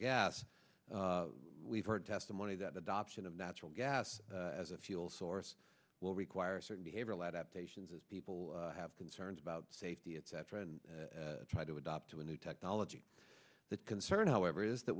gas we've heard testimony that adoption of natural gas as a fuel source will require certain behavioral adaptations as people have concerns about safety etc and try to adopt to a new technology that concern however is that